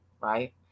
right